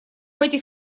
этих